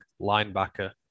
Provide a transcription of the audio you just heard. linebacker